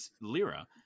Lira